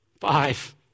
Five